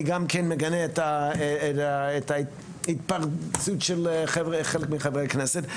אני גם כן את ההתפרצות של חלק מחברי הכנסת.